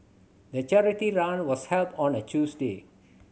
the charity run was held on a Tuesday